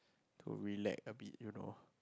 to relax a bit you know